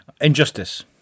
Injustice